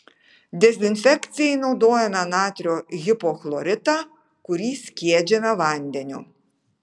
dezinfekcijai naudojame natrio hipochloritą kurį skiedžiame vandeniu